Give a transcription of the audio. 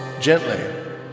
gently